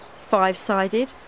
five-sided